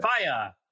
fire